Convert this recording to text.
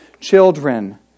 children